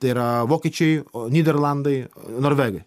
tai yra vokiečiai nyderlandai norvegai